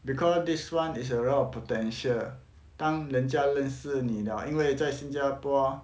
because this [one] is a lot of potential 当人家认识你 liao 因为在新加坡